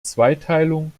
zweiteilung